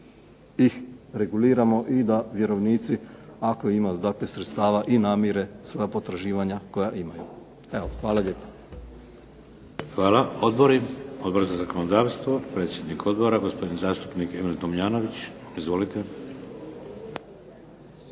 ih reguliramo i da vjerovnici ako ima dakle sredstava i namire svoja potraživanja koja imaju. Evo hvala lijepo. **Šeks, Vladimir (HDZ)** Hvala. Odbori? Odbor za zakonodavstvo, predsjednik odbora gospodin zastupnik Emil Tomljanović. Izvolite.